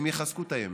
הן יחזקו את הימין.